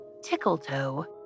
Tickletoe